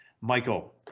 Michael